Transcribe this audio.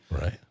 Right